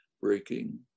breaking